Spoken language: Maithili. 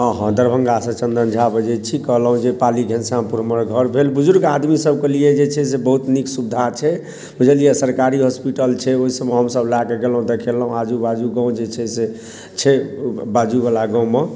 हँ हँ दरभंगासँ चंदन झा बजै छी कहलहुॅं जे पाली घनश्यामपुर मे हमर घर भेल बुजुर्ग आदमी सबके लिए जे छै से बहुत नीक सुविधा छै बुझलिए सरकारी होस्पिटल छै ओहि सब मे हमसब लऽ के गेलहुॅं देखेलहुॅं आजू बाजू गाँव जे छै से छै बाजू बला गाँव मे